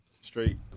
Straight